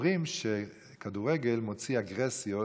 אומרים שכדורגל מוציא אגרסיות,